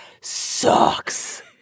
sucks